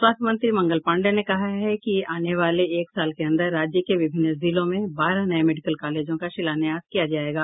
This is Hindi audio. स्वास्थ्य मंत्री मंगल पाण्डेय ने कहा है कि आने वाले एक साल के अंदर राज्य के विभिन्न जिलों में बारह नये मेडिकल कॉलेजों का शिलान्यास किया जायेगा